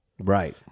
Right